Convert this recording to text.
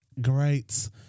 great